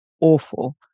awful